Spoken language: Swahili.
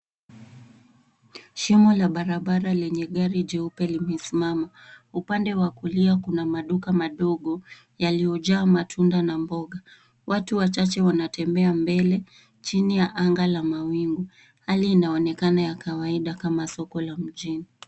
Shimo la barabara lenye gari jeupe limesimama. Upande wa kulia kuna maduka madogo, yaliyojaa matunda na mboga. Watu wachache wanatembea mbele. Chini ya anga la mawingu hali inaonekana ya kawaida kama soko la mjini.